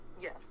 Yes